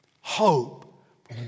Hope